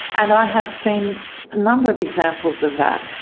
and i have seen a number of examples of that.